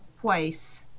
twice